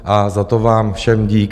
A za to vám všem dík.